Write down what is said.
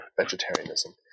vegetarianism